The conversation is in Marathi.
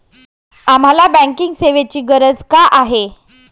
आम्हाला बँकिंग सेवेची गरज का आहे?